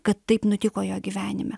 kad taip nutiko jo gyvenime